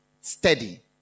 steady